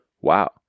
wow